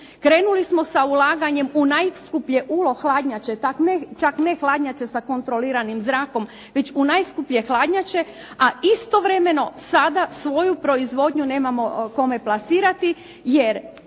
Krenuli smo sa ulaganjem u najskuplje ulo hladnjače, čak ne hladnjače sa kontroliranim zrakom već u najskuplje hladnjače, a istovremeno sada svoju proizvodnju nemamo kome plasirati, jer